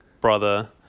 brother